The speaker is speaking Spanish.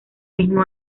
mismo